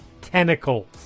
tentacles